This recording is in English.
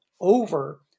over